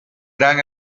gran